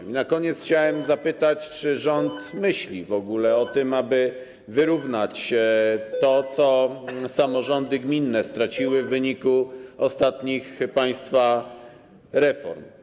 I na koniec chciałbym zapytać, czy rząd w ogóle myśli o tym, aby wyrównać to, co samorządy gminne straciły w wyniku ostatnich państwa reform.